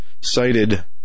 cited